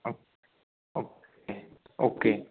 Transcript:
हं okay okay